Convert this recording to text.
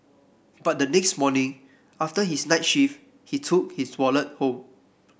but the next morning after his night shift he took his wallet home